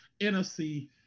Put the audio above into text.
NFC